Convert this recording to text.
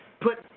put